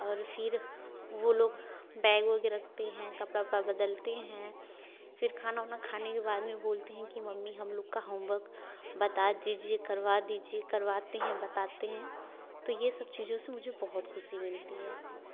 और फिर वे लोग बैग वैग रखते हैं कपड़ा उपड़ा बदलते हैं फिर खाना उना खाने के बाद में बोलते हैं कि मम्मी हम लोगों का होमबक बता दीजिए करवा दीजिए करवाते हैं बताते हैं तो यह सब चीज़ों से मुझे बहुत खुशी मिलती है